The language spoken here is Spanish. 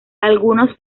algunas